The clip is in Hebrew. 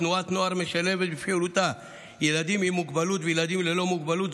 תנועת נוער משלבת בפעילותה ילדים עם מוגבלות וילדים ללא מוגבלות,